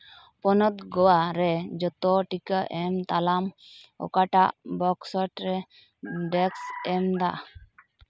ᱯᱚᱱᱚᱛ ᱜᱳᱣᱟ ᱨᱮ ᱡᱚᱛᱚ ᱴᱤᱠᱟᱹ ᱮᱢ ᱛᱟᱞᱢᱟ ᱚᱠᱟᱴᱟᱜ ᱵᱚᱠᱥᱚᱴ ᱨᱮ ᱰᱮᱥ ᱮᱢᱫᱟ